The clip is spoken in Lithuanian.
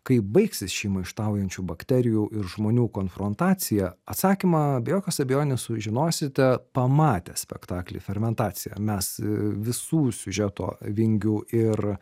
kai baigsis ši maištaujančių bakterijų ir žmonių konfrontacija atsakymą be jokios abejonės sužinosite pamatę spektaklį fermentacija mes visų siužeto vingių ir